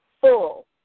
full